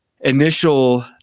initial